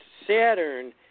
Saturn